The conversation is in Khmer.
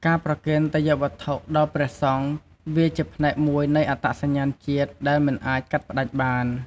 ការប្រគេនទេយ្យវត្ថុដល់ព្រះសង្ឃ វាជាផ្នែកមួយនៃអត្តសញ្ញាណជាតិដែលមិនអាចកាត់ផ្ដាច់បាន។